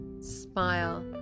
smile